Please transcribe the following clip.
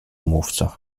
mówca